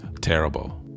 Terrible